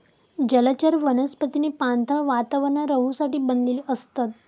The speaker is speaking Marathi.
जलचर वनस्पतींनी पाणथळ वातावरणात रहूसाठी बनलेली असतत